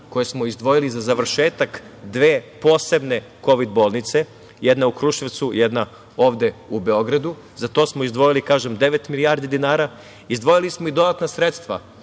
koje smo izdvojili za završetak dve posebne KOVID bolnice, jedna u Kruševcu, jedna ovde u Beogradu. Za to smo izdvojili, kažem, devet milijardi dinara. Izdvojili smo i dodatna sredstva,